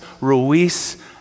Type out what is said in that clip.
Ruiz